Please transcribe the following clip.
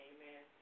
Amen